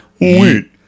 wait